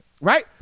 Right